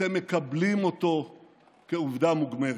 אתם מקבלים אותו כעובדה מוגמרת.